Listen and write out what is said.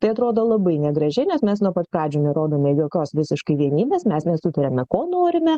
tai atrodo labai negražiai nes mes nuo pat pradžių nerodom jokios visiškai vienybės mes nesutariame ko norime